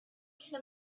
can